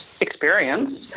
experience